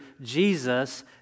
Jesus